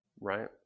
right